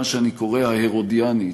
שאני קורא לה הרודיאנית,